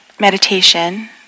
meditation